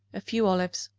a few olives,